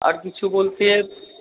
আর কিছু বলতে